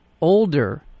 older